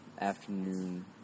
afternoon